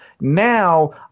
Now